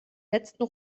letzten